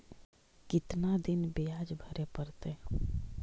कितना दिन बियाज भरे परतैय?